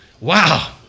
Wow